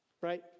right